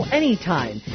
anytime